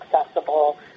accessible